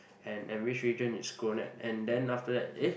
and at which region it's gown at and then after that eh